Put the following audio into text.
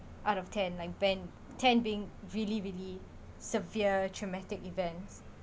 out of ten like being ten being really really severe traumatic event